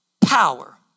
power